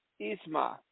isma